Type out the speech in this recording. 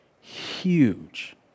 huge